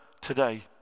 today